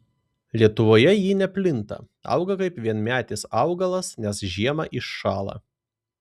lietuvoje ji neplinta auga kaip vienmetis augalas nes žiemą iššąla